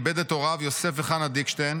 איבד את הוריו יוסף וחנה דיקשטיין